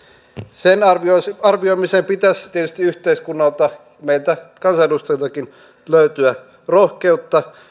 sen arvioimiseen pitäisi tietysti yhteiskunnalta meiltä kansanedustajiltakin löytyä rohkeutta